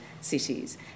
cities